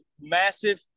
massive